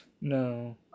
No